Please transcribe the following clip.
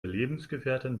lebensgefährtin